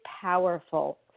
powerful